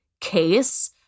case